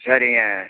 சரிங்க